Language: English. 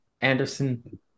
Anderson